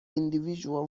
individual